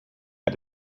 had